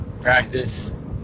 practice